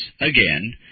again